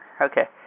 Okay